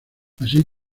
así